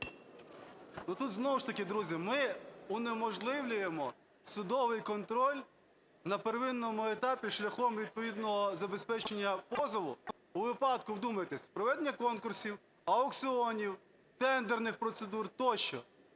Тут знову ж таки, друзі, ми унеможливлюємо судовий контроль на первинному етапі шляхом відповідного забезпечення позову у випадку, вдумайтесь, проведення конкурсів, аукціонів, тендерних процедур тощо.